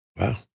Wow